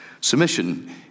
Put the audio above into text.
Submission